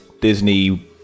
Disney